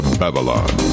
babylon